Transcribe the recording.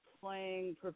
playing